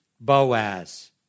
Boaz